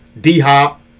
D-Hop